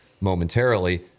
momentarily